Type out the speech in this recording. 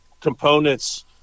components